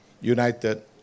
United